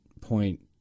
point